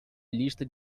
lista